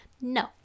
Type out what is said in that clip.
No